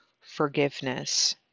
forgiveness